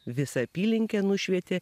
visą apylinkę nušvietė